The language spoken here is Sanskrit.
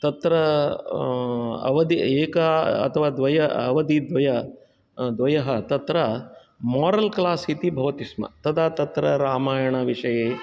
तत्र अवध एका अथवा द्वय अवधि द्वय द्वयः तत्र मोरल् क्लास् इति भवतिस्म तदा तत्र रामायणविषये